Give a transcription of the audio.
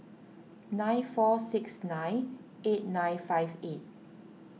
nine four six nine eight nine five eight